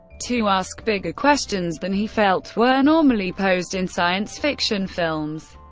to ask bigger questions than he felt were normally posed in science fiction films.